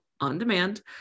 on-demand